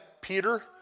Peter